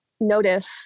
notice